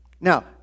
Now